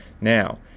Now